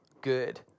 good